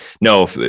no